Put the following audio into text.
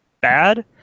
bad